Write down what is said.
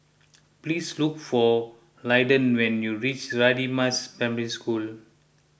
please look for Lyndon when you reach Radin Mas Primary School